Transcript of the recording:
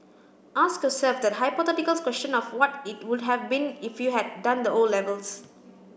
ask yourself that hypothetical question of what it would have been if you had done the O levels